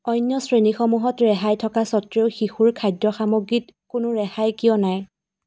অন্য শ্ৰেণীসমূহত ৰেহাই থকা স্বত্তেও শিশুৰ খাদ্য সামগ্ৰীত কোনো ৰেহাই কিয় নাই